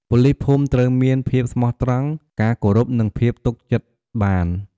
ប៉ូលីសភូមិត្រូវមាន ភាពស្មោះត្រង់ ការគោរព និងភាពទុកចិត្តបាន។